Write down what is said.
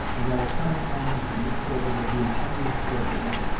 and our coming on em from this quarter will be an unlooked for event.